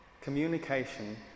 communication